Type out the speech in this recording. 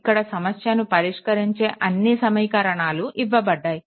ఇక్కడ సమస్యను పరిష్కరించే అన్నీ సమీకరణాలు ఇవ్వబడ్డాయి